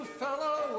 fellow